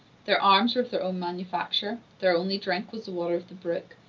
their arms were of their own manufacture, their only drink was the water of the brook,